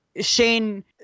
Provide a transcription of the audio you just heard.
Shane